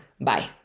Bye